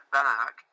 back